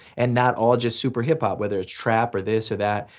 and not all just super hip-hop, whether it's trap, or this or that.